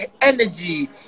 energy